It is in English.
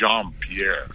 Jean-Pierre